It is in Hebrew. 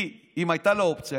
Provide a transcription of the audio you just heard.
אם הייתה לה אופציה,